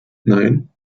nein